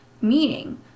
meaning